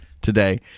today